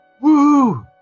Woo